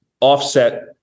offset